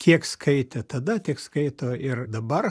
kiek skaitė tada tiek skaito ir dabar